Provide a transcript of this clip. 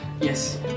Yes